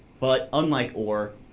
but unlike or,